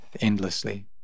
endlessly